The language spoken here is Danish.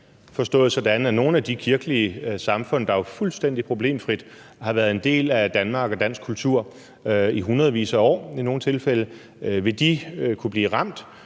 forstået sådan, at nogle af de kirkelige samfund, der fuldstændig problemfrit har været en del af Danmark og dansk kultur i hundredvis af år, i nogle tilfælde, vil kunne blive ramt,